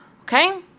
Okay